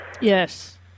yes